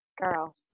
Girl